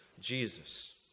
Jesus